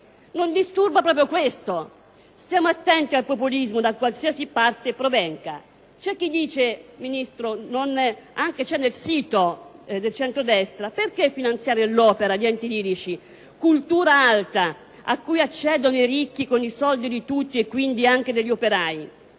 Non disturba proprio questo? Stiamo attenti al populismo, da qualsiasi parte provenga. C'è chi dice, signor Ministro (c'è anche in un sito del centrodestra): perché finanziare l'opera, gli enti lirici, cultura alta a cui accedono i ricchi, con i soldi di tutti e, quindi, anche degli operai?